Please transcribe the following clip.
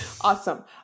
Awesome